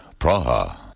Praha